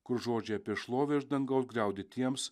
kur žodžiai apie šlovę iš dangaus griaudi tiems